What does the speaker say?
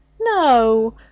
No